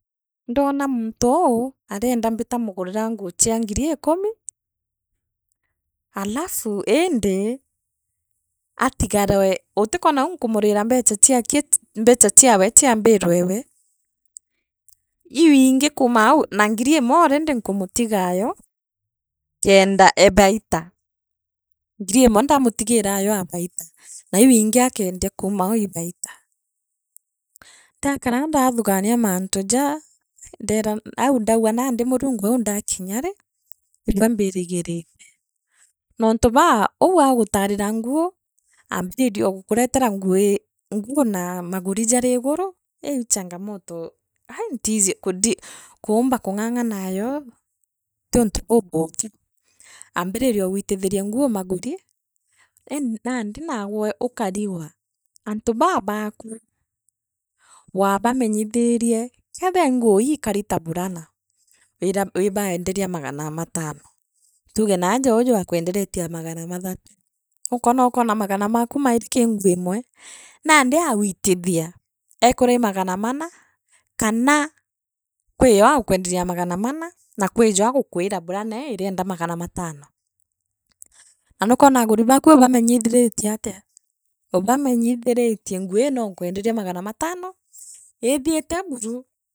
Ndonaa muntuu arienda mbita mugurira nguu chia ngiri ikumi, alafu indi atigarwe utikwona au nkumuriirambecha chiake mbecha chiawe chia mbiru ewe iu ingi kuumaau an ngiriimwe already nkumutigayo kenda ee baita ndgiri imwe ndamutigirayo aa baita raiu ingi akeendia kuuma au ii baita, ndakara ndathugania mantu jaa ndero aundegwe na ndi murongo ndakinyare kerete, nontu baa uu aguutaarira nguu ambiririe gukuretera nguu ii nguu na maguri jari igura iu ii changamoto aaii ntiji ndi kuumba kung’ang’anayo tiuntu bubuuthu aambiririe agwitithiria nguu maguri in nandi naagwe ukarigwa, antu baa baaku. wabamenyithirie, kethia ii nguu ii ikari ta burana wira wi baenderia magana matano. tuuge naaja uuju akwenderetie na magana mathatu ukwona ukona magana maku mairi kii nguu imwe nandi awitithia eekwira ii magana mana kana. kwiyo agu kwenderia na magana mana kwijo agukwira burana irienda magana matano naa nukwona aguri baaku ubamenyithiritie atia ubamenyithiritie nguu noo nkwenderie magana matano ithiite buru.